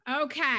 Okay